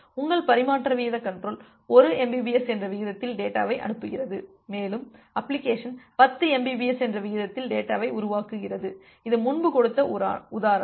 உங்கள் பரிமாற்ற வீதக் கன்ட்ரோல் 1 mbps என்ற விகிதத்தில் டேட்டாவை அனுப்புகிறது மேலும் அப்ளிகேஷன் 10 mbps என்ற விகிதத்தில் டேட்டாவை உருவாக்குகிறது இது முன்பு கொடுத்த உதாரணம்